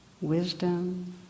wisdom